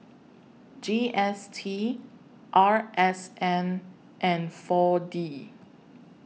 G S T R S N and four D